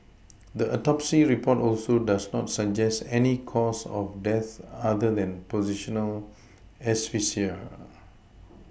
the Autopsy report also does not suggest any cause of death other than positional asphyxia